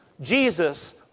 Jesus